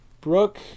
Brooke